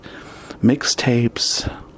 mixtapes